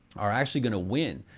are actually gonna win.